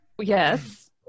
Yes